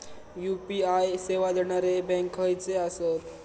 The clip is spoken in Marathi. यू.पी.आय सेवा देणारे बँक खयचे आसत?